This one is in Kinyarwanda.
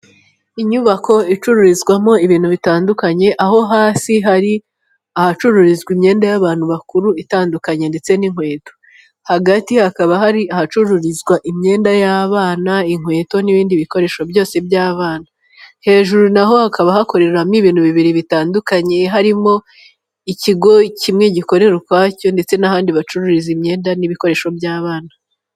Inyubako icururizwamo ibintu bitandukanye, aho hasi hari ahacururizwa imyenda y'abantu bakuru itandukanye ndetse n'inkweto. Hagati hakaba hari ahacururizwa imyenda y'abana, inkweto n'ibindi bikoresho byose by'abana. Hejuru naho hakaba hakoreramo ibintu bibiri bitandukanye, harimo ikigo kimwe gikore ukwacyo, ndetse n'ahandi bacururiza imyenda n'ibikoresho by'abana.